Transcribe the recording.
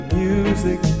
music